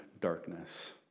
darkness